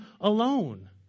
alone